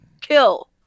kill